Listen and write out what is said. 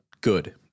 Good